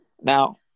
Now